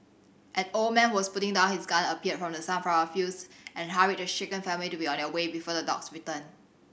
an old man who was putting down his gun appeared from the sunflower fields and hurried the shaken family to be on their way before the dogs return